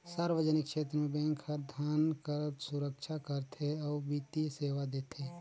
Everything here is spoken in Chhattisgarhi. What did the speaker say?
सार्वजनिक छेत्र के बेंक हर धन कर सुरक्छा करथे अउ बित्तीय सेवा देथे